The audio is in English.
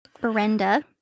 Brenda